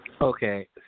Okay